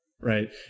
right